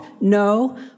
No